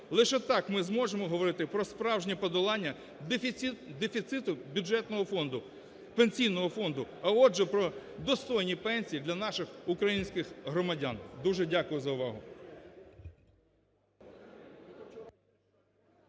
Лише так ми зможемо говорити про справжнє подолання дефіциту бюджетного фонду, Пенсійного фонду, а отже про достойні пенсії для наших українських громадян. Дуже дякую за увагу.